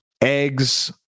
eggs